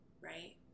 Right